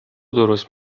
درست